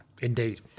Indeed